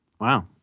Wow